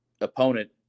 opponent